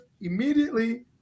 immediately